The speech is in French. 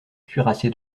cuirassé